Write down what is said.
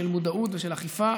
של מודעות ושל אכיפה,